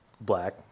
black